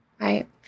right